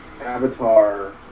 Avatar